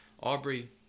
Aubrey